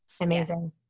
amazing